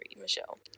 Michelle